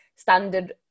standard